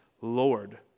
Lord